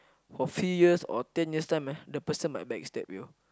for few years or ten years time ah the person might backstab you